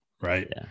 right